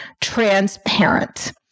transparent